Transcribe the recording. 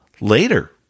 Later